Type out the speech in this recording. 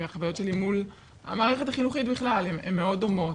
והחוויות שלי מול המערכת החינוכית בכלל הן מאוד דומות.